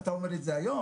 אתם אומר לי את זה היום?